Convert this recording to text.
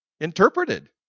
interpreted